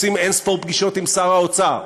בשביל זה עושים אין-ספור פגישות עם שר האוצר.